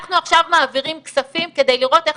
ואנחנו עכשיו מעבירים כספים כדי לראות איך